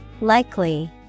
Likely